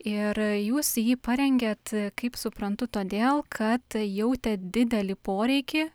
ir jūs jį parengėt kaip suprantu todėl kad jautėt didelį poreikį